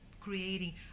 creating